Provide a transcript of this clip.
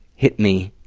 hit me,